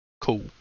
Cool